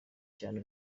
cyane